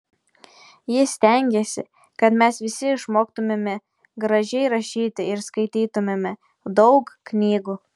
ji stengėsi kad mes visi išmoktumėme gražiai rašyti ir skaitytumėme daug knygų